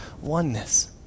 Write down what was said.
oneness